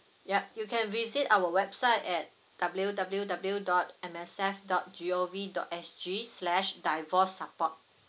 yup you can visit our website at W W W dot M S F dot G O V dot S G slash divorce support